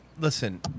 Listen